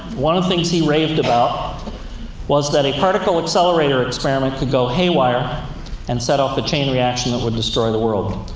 one of the things he raved about was that a particle accelerator experiment could go haywire and set off a chain reaction that would destroy the world.